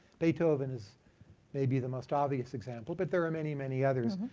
beethoven is maybe the most obvious example, but there are many, many others.